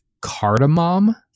cardamom